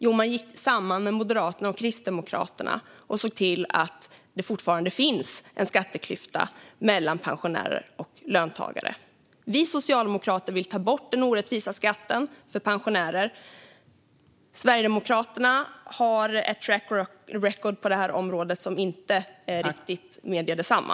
Jo de gick samman med Moderaterna och Kristdemokraterna och såg till att det fortfarande finns en skatteklyfta mellan pensionärer och löntagare. Vi socialdemokrater vill ta bort den orättvisa skatten för pensionärer. Sverigedemokraterna har ett track record på detta område som inte riktigt medger detsamma.